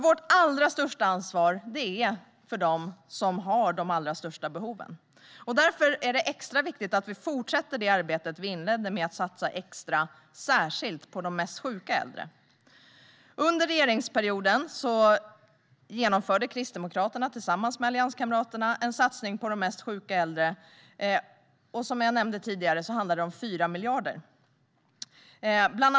Vårt allra största ansvar är mot de personer som har de allra största behoven. Därför är det extra viktigt att fortsätta det arbete som vi inledde genom att satsa särskilt på de mest sjuka äldre. Under regeringsperioden genomförde Kristdemokraterna tillsammans med allianskamraterna en satsning på de mest sjuka äldre. Som jag nämnde tidigare handlade det om 4 miljarder kronor.